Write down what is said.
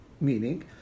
meaning